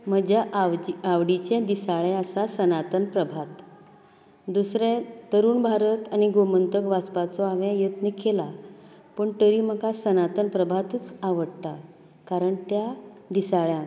म्हज्या आवदीचे आवडीचें दिसाळें आसा सनातन प्रभात दुसरें तरूण भारत आनी गोमन्तक वाचपाचो हांवें यत्न केला पूण तरी म्हाका सनातन प्रभातच आवडटा कारण त्या दिसाळ्यांत